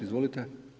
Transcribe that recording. Izvolite.